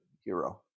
hero